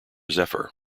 zephyr